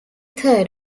third